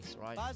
right